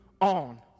on